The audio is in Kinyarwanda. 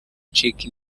ncika